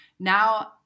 Now